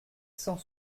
cent